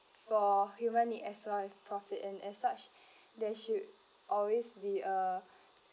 for human need as well as profit and as such there should always be a